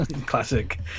Classic